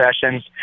sessions